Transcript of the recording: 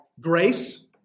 grace